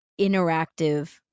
interactive